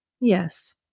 Yes